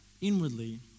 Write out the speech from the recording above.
inwardly